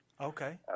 Okay